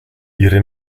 ihre